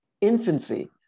infancy